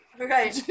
Okay